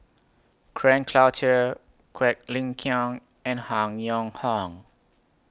Frank Cloutier Quek Ling Kiong and Han Yong Hong